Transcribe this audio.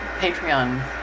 Patreon